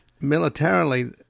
militarily